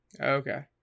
okay